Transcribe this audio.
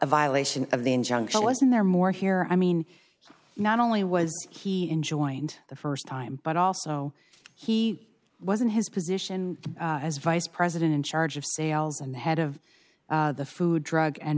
violation of the injunction was in there more here i mean not only was he in joined the st time but also he was in his position as vice president in charge of sales and the head of the food drug and